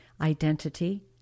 identity